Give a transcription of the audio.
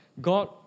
God